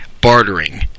bartering